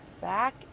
back